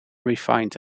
refined